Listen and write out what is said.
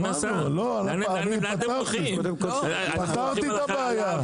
לא, פתרתי את הבעיה.